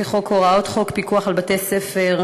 לפי הוראות חוק פיקוח על בתי-ספר,